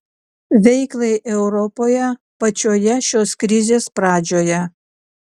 veiklai europoje pačioje šios krizės pradžioje